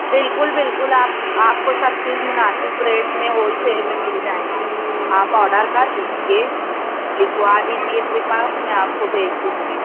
بالکل بالکل آپ آپ کو سب چیز مناسب ریٹ میں ہول سیل میں مِل جائیں گی آپ آرڈر کر دیجیے لِکھوا دیجیے میرے پاس میں آپ کو بھیج دوں گی